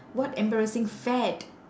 what embarrassing fad